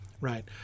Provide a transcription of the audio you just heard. right